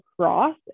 cross